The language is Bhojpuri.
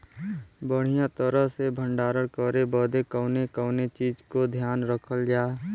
बढ़ियां तरह से भण्डारण करे बदे कवने कवने चीज़ को ध्यान रखल जा?